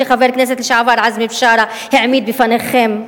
שחבר הכנסת לשעבר עזמי בשארה העמיד בפניכם.